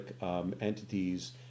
entities